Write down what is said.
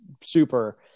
super